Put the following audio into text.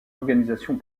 organisation